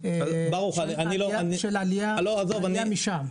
של עלייה גם משם.